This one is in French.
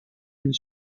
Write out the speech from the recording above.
une